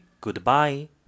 goodbye